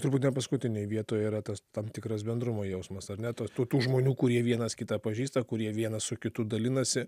turbūt ne paskutinėj vietoj yra tas tam tikras bendrumo jausmas ar ne tas tų žmonių kurie vienas kitą pažįsta kurie vienas su kitu dalinasi